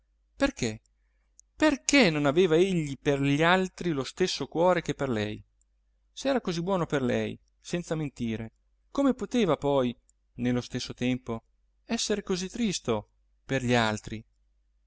perché perché non aveva egli per gli altri lo stesso cuore che per lei se era così buono per lei senza mentire come poteva poi nello stesso tempo essere così tristo per gli altri